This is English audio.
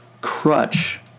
crutch